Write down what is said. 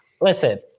listen